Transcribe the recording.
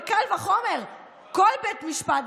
וקל וחומר כל בית משפט,